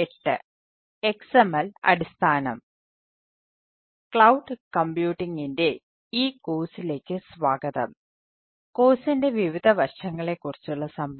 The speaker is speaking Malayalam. Soumya Kanti Ghosh Department of Computer Science and Engineering Indian Institute of Technology Kharagpur Lecture - 08